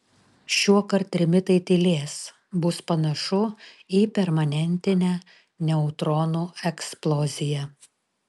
šiuokart trimitai tylės bus panašu į permanentinę neutronų eksploziją